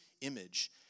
image